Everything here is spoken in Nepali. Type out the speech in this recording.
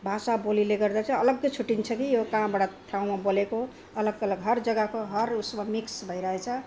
भाषा बोलीले गर्दा चाहिँ अलग्गै छुट्टिन्छ कि यो कहाँबाट ठाउँमा बोलेको अलग अलग हर जग्गाको हर उसमा मिक्स भइरहेछ